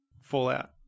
fallout